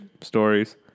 stories